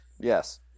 Yes